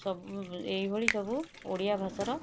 ସବୁ ଏହିଭଳି ସବୁ ଓଡ଼ିଆ ଭାଷାର